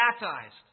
baptized